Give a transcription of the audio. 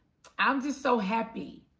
i'm just so happy